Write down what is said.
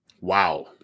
Wow